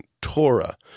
Torah